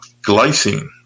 glycine